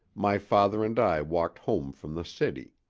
my father and i walked home from the city.